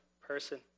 person